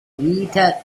vita